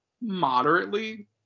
moderately